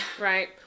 Right